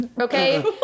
Okay